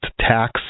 tax